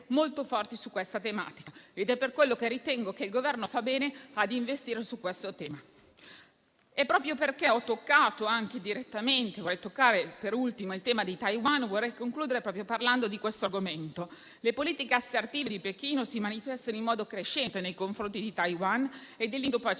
È per questo che ritengo che il Governo faccia bene a investire sul tema. Proprio perché ho toccato direttamente il tema di Taiwan, vorrei concludere parlando di questo argomento. Le politiche assertive di Pechino si manifestano in modo crescente nei confronti di Taiwan e dell'Indopacifico,